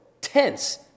tense